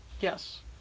Yes